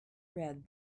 read